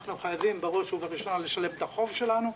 אנחנו חייבים בראש ובראשונה לשלם את החוב שלנו,